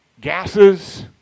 gases